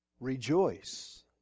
Rejoice